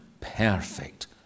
perfect